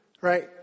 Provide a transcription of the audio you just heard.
right